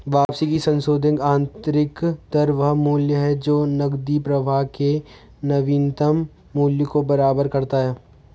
वापसी की संशोधित आंतरिक दर वह मूल्य है जो नकदी प्रवाह के नवीनतम मूल्य को बराबर करता है